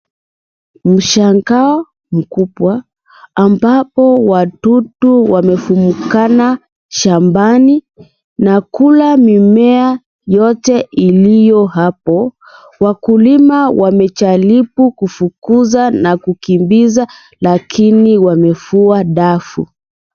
Mshangao mkubwa ambapo wadudu wamefukumana shambani na kula mimea yote iliyo hapo. Wakulima wamejaribu kufukuza na kukimbiza lakini wamefua dafu.